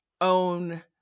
own